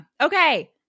Okay